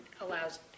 allows